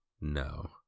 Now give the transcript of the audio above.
No